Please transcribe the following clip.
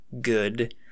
good